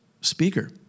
speaker